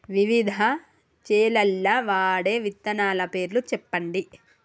వివిధ చేలల్ల వాడే విత్తనాల పేర్లు చెప్పండి?